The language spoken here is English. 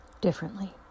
differently